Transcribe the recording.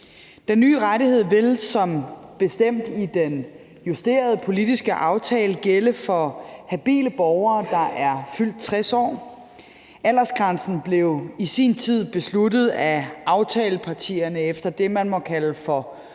Den nye rettighed vil som bestemt i den justerede politiske aftale gælde for habile borgere, der er fyldt 60 år. Aldersgrænsen blev i sin tid besluttet af aftalepartierne efter det, man må kalde for